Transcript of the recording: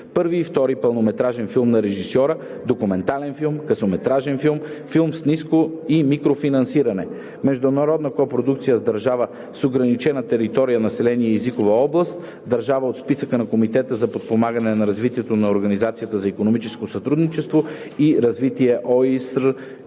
първи и втори пълнометражен филм на режисьора; в) документален филм; г) късометражен филм; д) филм с ниско и микрофинансиране; е) международна копродукция с държава с ограничена територия, население и езикова област (държави от списъка на Комитета за подпомагане на развитието на Организацията за икономическо сътрудничество и развитие